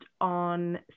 on